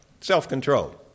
self-control